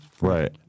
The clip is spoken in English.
Right